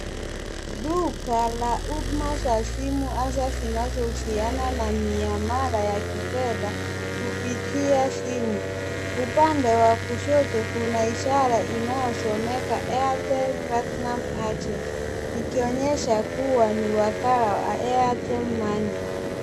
Duka la huduma za simu hasa zinazohusiana na miamala ya kifedha kupitia simu. Upande wa kushoto kuna ishara inayosomeka Airtel Platinum Agent, ikionyesha kuwa ni wakala wa Airtel Money.